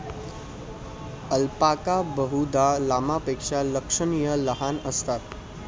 alpaca बहुधा लामापेक्षा लक्षणीय लहान असतात